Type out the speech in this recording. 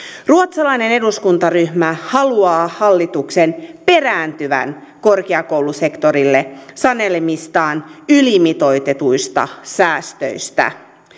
ruotsalainen eduskuntaryhmä haluaa hallituksen perääntyvän korkeakoulusektorille sanelemistaan ylimitoitetuista säästöistä